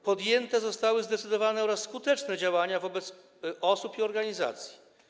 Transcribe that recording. Podjęte zostały zdecydowane oraz skuteczne działania wobec osób i organizacji.